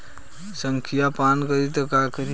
संखिया पान करी त का करी?